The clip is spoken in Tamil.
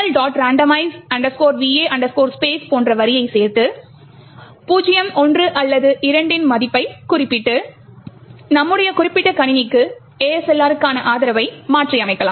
randomize va space போன்ற வரியை சேர்த்து 0 1 அல்லது 2 இன் மதிப்பைக் குறிப்பிட்டு நம்முடைய குறிப்பிட்ட கணினிக்கு ASLR க்கான ஆதரவை மாற்றியமைக்கலாம்